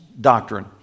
doctrine